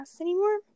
anymore